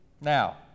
Now